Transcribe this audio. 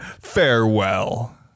Farewell